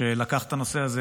שלקח את הנושא הזה,